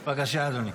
בבקשה, אדוני.